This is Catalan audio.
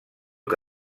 que